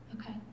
Okay